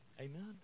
Amen